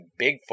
Bigfoot